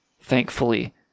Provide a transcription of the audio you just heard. Thankfully